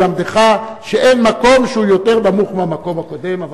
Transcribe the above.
ללמדך שאין מקום שהוא יותר נמוך מהמקום הקודם.